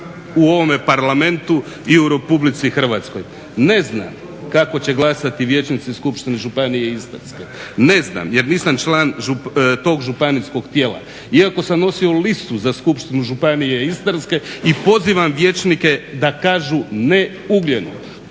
u ovome Parlamentu i u Republici Hrvatskoj. Ne znam kako će glasati vijećnici Skupštine Županije istarske, ne znam jer nisam član tog županijskog tijela. Iako sam nosio listu za Skupštinu Županije istarske i pozivam vijećnike da kažu ne ugljenu